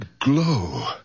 glow